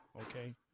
Okay